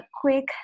quick